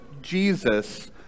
Jesus